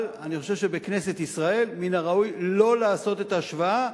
אבל אני חושב שבכנסת ישראל מן הראוי לא לעשות את ההשוואה,